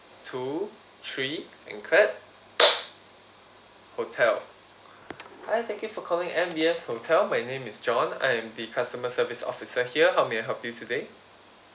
two three and clap hotel hi thank you for calling M_B_S hotel my name is john I am the customer service officer here how may I help you today